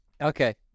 Okay